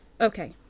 Okay